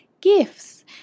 gifts